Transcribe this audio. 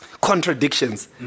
contradictions